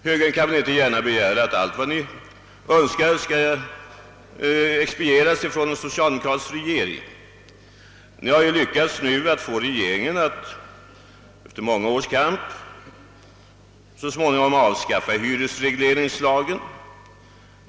Högern kan väl inte gärna begära att allt vad den önskar skall expedieras av en socialdemokratisk regering. Ni har nu efter många års kamp lyckats få regeringen att så småningom avskaffa hyresregleringslagen.